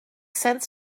sense